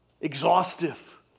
exhaustive